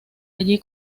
allí